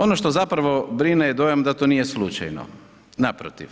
Ono što zapravo je dojam da to nije slučajno, naprotiv